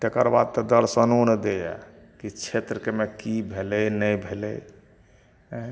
तेकरबाद तऽ दर्शनो नहि दैया की क्षेत्रमे की भेलै नहि भेलै आँय